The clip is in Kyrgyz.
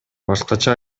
башкача